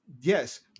Yes